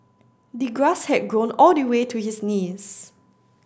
the grass had grown all the way to his knees